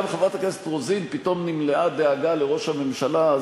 גם חברת הכנסת רוזין פתאום נמלאה דאגה לראש הממשלה.